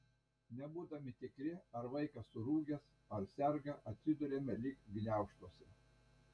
nebūdami tikri ar vaikas surūgęs ar serga atsiduriame lyg gniaužtuose